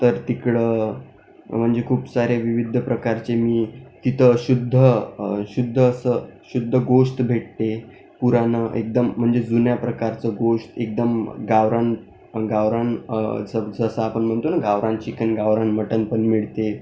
तर तिकडं म्हणजे खूप सारे विविध प्रकारचे मी तिथं शुद्ध शुद्ध असं शुद्ध गोश्त भेटते पुराणं एकदम म्हणजे जुन्या प्रकारचं गोश्त एकदम गावरान गावरान जसं जसं आपण म्हणतो ना गावरान चिकन गावरान मटण पण मिळते